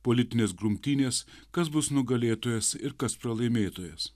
politinės grumtynės kas bus nugalėtojas ir kas pralaimėtojas